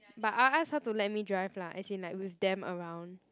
but I'll ask her to let me drive lah as in like with them around